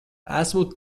esmu